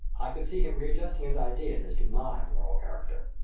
i could see him readjusting his ideas as to my moral character.